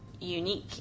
unique